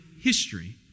history